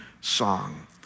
song